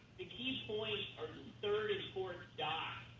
the key points are third and forth dots,